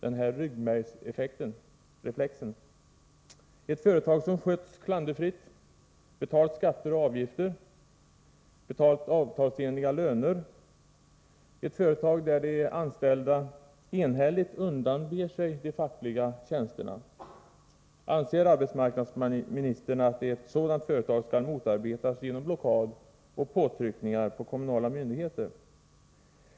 Anser arbetsmarknadsministern att ett företag som skötts klanderfritt, betalt skatter och avgifter, betalt avtalsenliga löner, ett företag där de anställda enhälligt undanber sig de fackliga tjänsterna skall motarbetas genom blockad och påtryckningar på kommunala myndigheter?